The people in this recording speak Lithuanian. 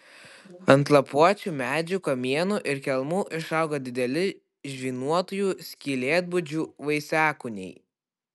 ant lapuočių medžių kamienų ir kelmų išauga dideli žvynuotųjų skylėtbudžių vaisiakūniai